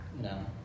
No